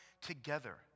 together